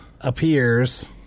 appears